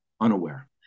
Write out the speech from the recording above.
unaware